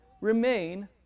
remain